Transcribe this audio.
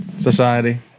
society